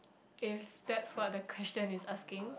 if that's what the question is asking